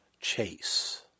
chase